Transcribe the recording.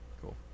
cool